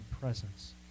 presence